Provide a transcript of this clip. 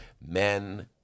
men